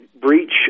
breach